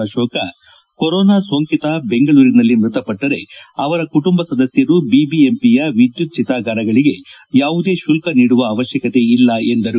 Ashoka corona ಸೋಂಕಿತ ಬೆಂಗಳೂರಿನಲ್ಲಿ ಮೃತಪಟ್ಟರೆ ಅವರ ಕುಟುಂಬ ಸದಸ್ಯರು ಬಿಬಿಎಂಪಿಯ ವಿದ್ಯುತ್ ಚಿತಾಗಾರಗಳಿಗೆ ಯಾವುದೇ ಶುಲ್ಕ ನೀಡುವ ಅವಶ್ಯಕತೆ ಇಲ್ಲ ಎಂದರು